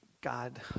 God